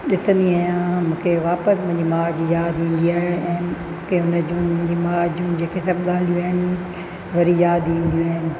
ॾिसंदी आहियां मूंखे वापसि मुंहिंजी माउ जी यादि ईंदी आहे ऐं के उन जूं मुंहिंजी माउ जूं जेके सभु ॻाल्हियूं आहिनि वरी यादि ईंदियूं आहिनि